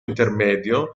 intermedio